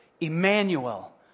Emmanuel